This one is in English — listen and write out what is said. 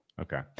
okay